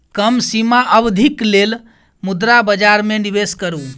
कम सीमा अवधिक लेल मुद्रा बजार में निवेश करू